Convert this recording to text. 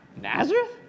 Nazareth